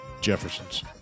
Jeffersons